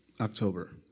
October